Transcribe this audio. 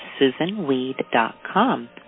susanweed.com